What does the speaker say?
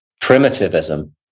primitivism